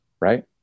right